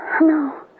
No